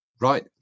Right